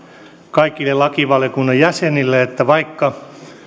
kaikille lakivaliokunnan jäsenille siitä että vaikka